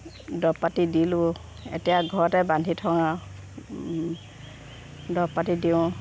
দৰৱপাতি দিলোঁ এতিয়া ঘৰতে বান্ধি থওঁ আৰু দৰৱপাতি দিওঁ